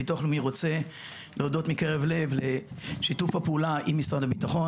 הביטוח הלאומי רוצה להודות מקרב לב על שיתוף הפעולה עם משרד הביטחון